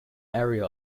area